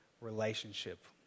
relationship